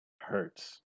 hurts